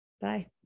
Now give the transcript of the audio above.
Bye